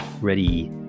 Ready